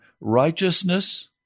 righteousness